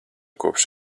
kopš